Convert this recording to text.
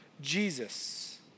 Jesus